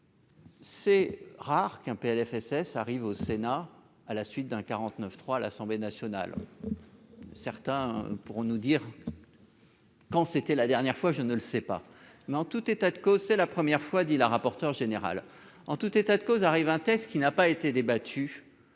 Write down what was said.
C'est rare qu'un PLFSS arrive au Sénat à la suite d'un 49 3 à l'Assemblée nationale, certains pour nous dire quand c'était la dernière fois, je ne le sais pas mais en tout état de cause, c'est la première fois, dit la rapporteure générale, en tout état de cause, arrive un test qui n'a pas été débattue